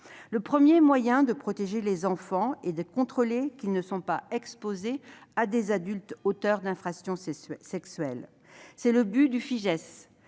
Le premier moyen de protéger les enfants est de contrôler qu'ils ne sont pas exposés à des adultes auteurs d'infractions sexuelles. C'est le but du